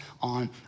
on